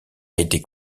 été